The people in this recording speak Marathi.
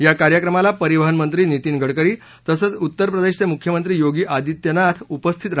या कार्यक्रमाला परिवहन मंत्री नितीन गडकरी तसंच उत्तर प्रदेशचे मुख्यमंत्री योगी आदित्यनाथ उपस्थित राहणार आहेत